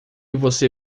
você